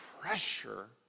pressure